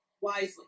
wisely